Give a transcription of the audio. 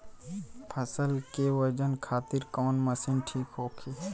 फसल के वजन खातिर कवन मशीन ठीक होखि?